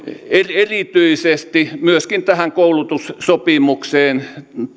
erityisesti myöskin tähän koulutussopimukseen